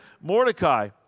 Mordecai